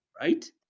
right